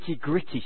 gritty